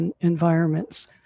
environments